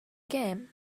game